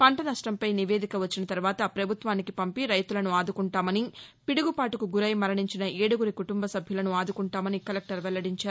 పంట నష్షంపై నివేదిక వచ్చిన తర్వాత ప్రభుత్వానికి పంపి రైతులను ఆదుకుంటామని పిడుగుపాటుకు గురై మరణించిన ఏడుగురి కుటుంబ సభ్యులను ఆదుకుంటామని కలెక్టర్ వెల్లడించారు